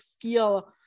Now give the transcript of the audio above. feel